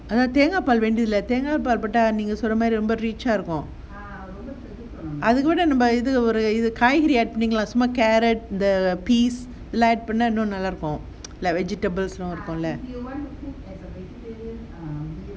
தேங்காபால் வேண்டியதில்ல நீங்க சொன்ன மாதிரி தேங்காபால் போட்ட ரொம்ப தெகட்டும் அதுக்கு பதிலா காய்கறி மாதிரி:thengaaapaal vendiyathilla neenga sona mathiri thengaapaal poatta romba thegattum athukku bathillaa kaaikari maathiri carrot the peas லாம் போட்ட:laam poatta like vegetables ரொம்ப நல்லா இருக்கும்:romba nalla irukkum